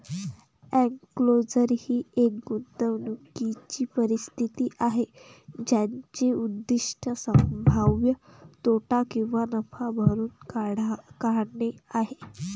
enclosure ही एक गुंतवणूकीची परिस्थिती आहे ज्याचे उद्दीष्ट संभाव्य तोटा किंवा नफा भरून काढणे आहे